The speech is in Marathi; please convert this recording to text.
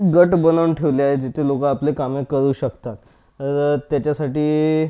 गट बनवून ठेवला आहे जिथे लोक आपले कामे करू शकतात तर त्याच्यासाठी